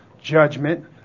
judgment